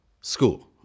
school